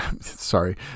Sorry